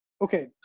okay